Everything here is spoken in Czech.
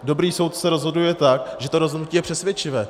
Dobrý soudce rozhoduje tak, že to rozhodnutí je přesvědčivé.